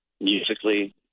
musically